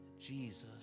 Jesus